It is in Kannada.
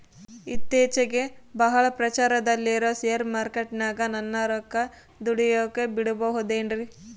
ಇತ್ತೇಚಿಗೆ ಬಹಳ ಪ್ರಚಾರದಲ್ಲಿರೋ ಶೇರ್ ಮಾರ್ಕೇಟಿನಾಗ ನನ್ನ ರೊಕ್ಕ ದುಡಿಯೋಕೆ ಬಿಡುಬಹುದೇನ್ರಿ?